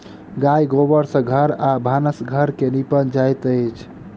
गाय गोबर सँ घर आ भानस घर के निपल जाइत अछि